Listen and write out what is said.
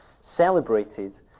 celebrated